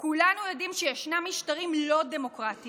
כולנו יודעים שישנם משטרים לא דמוקרטיים